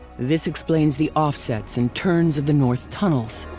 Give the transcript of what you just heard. this explains the offsets and turns of the north tunnels.